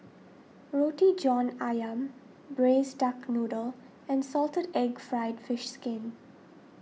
Roti John Ayam Braised Duck Noodle and Salted Egg Fried Fish Skin